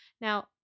now